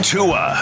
Tua